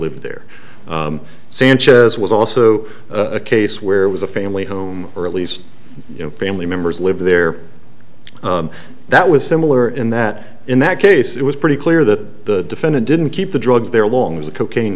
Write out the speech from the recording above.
live there sanchez was also a case where it was a family home or at least you know family members live there that was similar in that in that case it was pretty clear that the defendant didn't keep the drugs there long as a cocaine